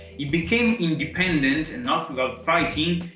it became independent, and not without fighting,